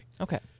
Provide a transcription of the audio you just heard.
Okay